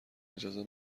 اجازه